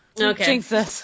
Okay